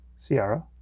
Sierra